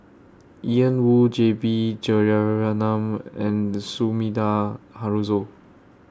Ian Woo J B Jeyaretnam and Sumida Haruzo